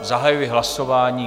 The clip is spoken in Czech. Zahajuji hlasování.